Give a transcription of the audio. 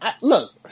look